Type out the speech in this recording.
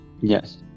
Yes